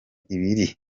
ibiri